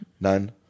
None